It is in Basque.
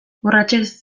urratsez